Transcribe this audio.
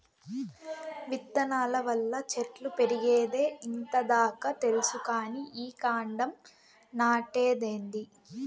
విత్తనాల వల్ల చెట్లు పెరిగేదే ఇంత దాకా తెల్సు కానీ ఈ కాండం నాటేదేందీ